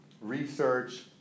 research